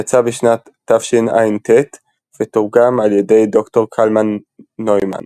יצא בשנת תשע"ט ותורגם על ידי ד"ר קלמן נוימן.